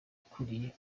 ukuriye